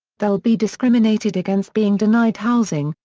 they'll be discriminated against being denied housing,